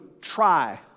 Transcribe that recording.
Try